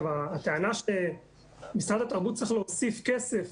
הטענה שמשרד התרבות צריך להוסיף כסף